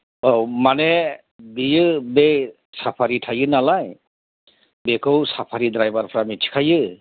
औ माने बियो बे साफारि थायो नालाय बेखौ साफारि द्राइभारफोरा मिथिखायो